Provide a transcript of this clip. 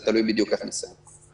זה תלוי בדיוק איך נסיים את זה.